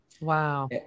Wow